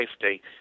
safety